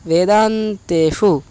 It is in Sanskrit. वेदान्तेषु